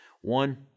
One